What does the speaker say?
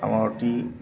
আমাৰ অতি